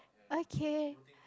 okay